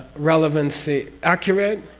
relevancy. accurate,